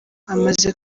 amaze